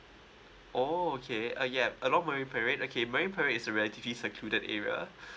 oh K uh yup along marine parade okay marine parade is relatively secluded area